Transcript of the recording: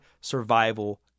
survival